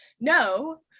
No